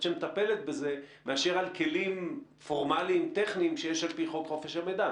שמטפלת בזה מאשר על כלים פורמליים-טכניים שיש על פי חוק חופש המידע,